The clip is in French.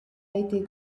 été